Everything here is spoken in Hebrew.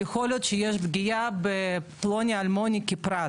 יכול להיות שיש פגיעה בפלוני אלמוני כפרט,